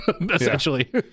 essentially